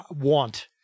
want